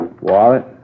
wallet